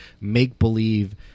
make-believe